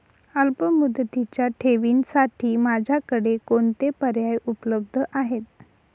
अल्पमुदतीच्या ठेवींसाठी माझ्याकडे कोणते पर्याय उपलब्ध आहेत?